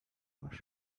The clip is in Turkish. var